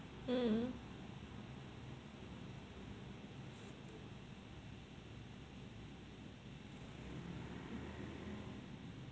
mm